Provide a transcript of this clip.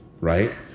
right